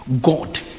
god